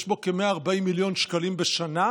יש בה כ-140 מיליון בשנה,